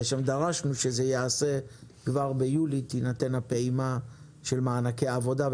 דרשנו שזה ייעשה כבר ביולי ותינתן הפעימה של מענקי עבודה,